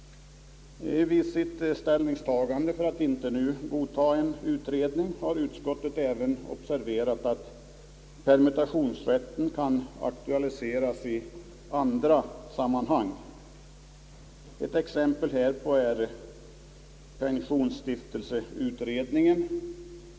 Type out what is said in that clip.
Vid sitt ställningstagande för att inte nu godtaga en utredning har utskottet även observerat, att permutationsrätten kan aktualiseras i andra sammanhang. Ett exempel härpå är pensionsstiftelseutredningen.